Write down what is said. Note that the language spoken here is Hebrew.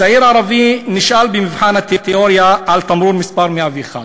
צעיר ערבי נשאל במבחן התיאוריה על תמרור מס' 101,